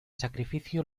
sacrificio